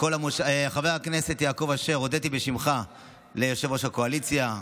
חבר הכנסת יעקב אשר, הודיתי בשמך לראש הקואליציה.